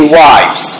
wives